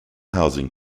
housing